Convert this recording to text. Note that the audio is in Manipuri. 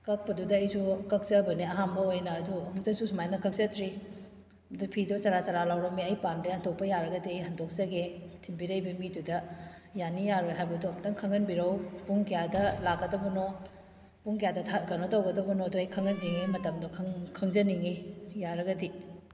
ꯀꯛꯄꯗꯨꯗ ꯑꯩꯁꯨ ꯀꯛꯆꯕꯅꯦ ꯑꯍꯥꯟꯕ ꯑꯣꯏꯅ ꯑꯗꯨ ꯑꯃꯨꯛꯇꯁꯨ ꯁꯨꯃꯥꯏꯅ ꯀꯛꯆꯗ꯭ꯔꯤ ꯑꯗꯨ ꯐꯤꯗꯨ ꯆꯔꯥ ꯆꯔꯥ ꯂꯥꯎꯔꯝꯃꯦ ꯑꯩ ꯄꯥꯝꯗ꯭ꯔꯦ ꯍꯟꯗꯣꯛꯄ ꯌꯥꯔꯒꯗꯤ ꯍꯟꯗꯣꯛꯆꯒꯦ ꯊꯤꯟꯕꯤꯔꯛꯏꯕ ꯃꯤꯗꯨꯗ ꯌꯥꯅꯤ ꯌꯥꯔꯣꯏ ꯍꯥꯏꯕꯗꯣ ꯑꯝꯇꯪ ꯈꯪꯍꯟꯕꯤꯔꯛꯎ ꯄꯨꯡ ꯀꯌꯥꯗ ꯂꯥꯛꯀꯗꯕꯅꯣ ꯄꯨꯡ ꯀꯌꯥꯗ ꯀꯩꯅꯣ ꯇꯧꯒꯗꯕꯅꯣꯗꯣ ꯑꯩ ꯈꯪꯖꯅꯤꯡꯉꯤ ꯃꯇꯝꯗꯣ ꯈꯪꯖꯅꯤꯡꯉꯤ ꯌꯥꯔꯒꯗꯤ